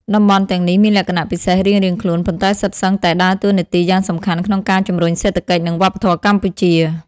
តំបន់ទាំងនេះមានលក្ខណៈពិសេសរៀងៗខ្លួន ប៉ុន្តែសុទ្ធសឹងតែដើរតួនាទីយ៉ាងសំខាន់ក្នុងការជំរុញសេដ្ឋកិច្ច និងវប្បធម៌កម្ពុជា។